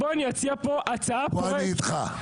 פה אני איתך.